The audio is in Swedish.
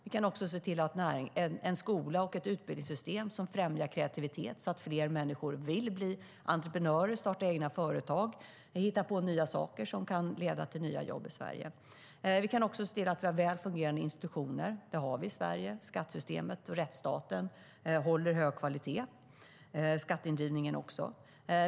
Vi kan också se till att ha en skola och ett utbildningssystem som främjar kreativitet så att fler människor vill bli entreprenörer, starta egna företag och hitta på nya saker som kan leda till nya jobb i Sverige.Vi kan också se till att ha väl fungerande institutioner. Det har vi i Sverige. Skattesystemet och rättsstaten håller hög kvalitet, skatteindrivningen likaså.